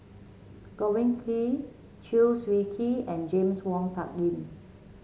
Godwin Koay Chew Swee Kee and James Wong Tuck Yim